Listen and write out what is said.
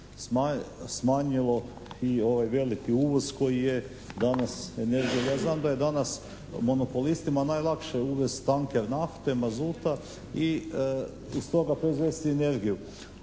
smanjio i ovaj veliki uvoz koji je danas energija. Ja znam da je danas monopolistima najlakše uvesti tanker nafte mazuta i iz toga proizvesti energiju,